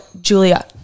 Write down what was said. Julia